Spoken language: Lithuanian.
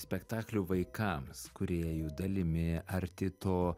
spektaklių vaikams kūrėju dalimi arti to